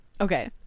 Okay